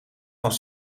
van